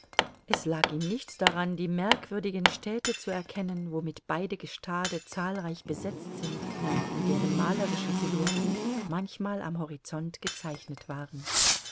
es lag ihm nichts daran die merkwürdigen städte zu erkennen womit beide gestade zahlreich besetzt sind und deren malerische silhouetten manchmal am horizont gezeichnet waren